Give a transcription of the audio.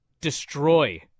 destroy